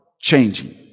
changing